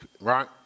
right